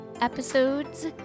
episodes